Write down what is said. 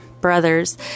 brothers